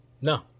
No